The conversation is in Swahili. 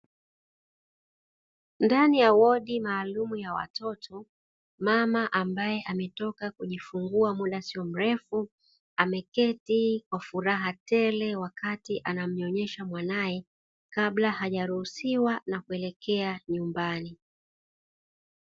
Ndani ya wodi maalumu ya watoto, mama ambaye ametoka kujifungua muda sio mrefu, ameketi kwa furaha tele wakati anamnyonyesha mwanae na kuelekea nyumbani.